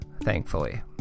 Thankfully